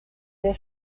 der